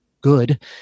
good